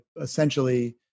essentially